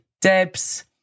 Debs